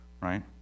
right